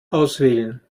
auswählen